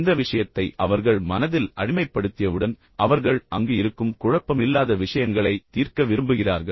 இந்த விஷயத்தை அவர்கள் மனதில் அடிமைப்படுத்தியவுடன் அவர்கள் அங்கு இருக்கும் குழப்பமில்லாத விஷயங்களைத் தீர்க்க விரும்புகிறார்கள்